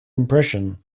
impression